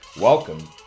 Welcome